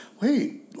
wait